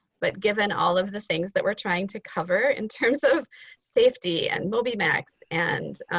but given all of the things that we're trying to cover in terms of safety and mobymax and